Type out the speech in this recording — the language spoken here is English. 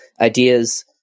ideas